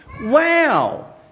wow